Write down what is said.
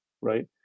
right